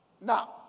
Now